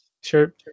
Sure